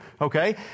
okay